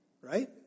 Right